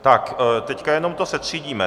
Tak teď jenom to setřídíme.